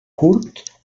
curt